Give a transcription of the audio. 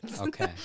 Okay